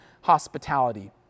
hospitality